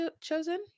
chosen